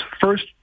First